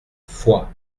foix